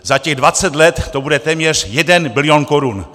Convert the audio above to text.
Za těch dvacet let to bude téměř jeden bilion korun!